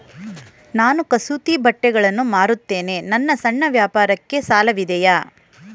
ನಾನು ಕಸೂತಿ ಬಟ್ಟೆಗಳನ್ನು ಮಾರುತ್ತೇನೆ ನನ್ನ ಸಣ್ಣ ವ್ಯಾಪಾರಕ್ಕೆ ಸಾಲವಿದೆಯೇ?